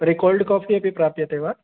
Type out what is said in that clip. तर्हि cold coffee अपि प्राप्यते वा